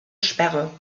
sperre